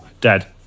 Dead